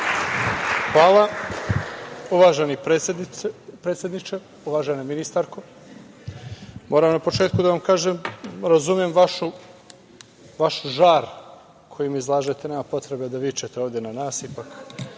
Hvala. Uvaženi predsedniče, uvažena ministarko, moram na početku da vam kažem, razumem vaš žar kojim izlažete, nema potrebe da vičete ovde na nas. Ipak,